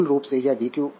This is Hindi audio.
तो मूल रूप से करंट